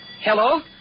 Hello